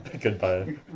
Goodbye